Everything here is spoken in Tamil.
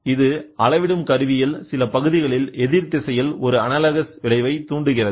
இது அளவிடும் கருவியில் சில பகுதிகளில் எதிர்திசையில் ஒரு அனலாகஸ் விளைவை தூண்டுகிறது